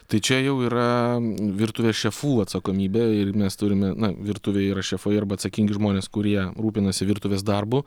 tai čia jau yra virtuvės šefų atsakomybė ir mes turime virtuvėje yra šefai arba atsakingi žmonės kurie rūpinasi virtuvės darbu